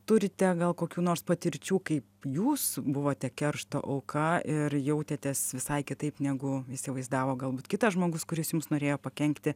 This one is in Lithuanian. turite gal kokių nors patirčių kaip jūs buvote keršto auka ir jautėtės visai kitaip negu įsivaizdavo galbūt kitas žmogus kuris jums norėjo pakenkti